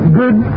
good